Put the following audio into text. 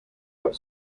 have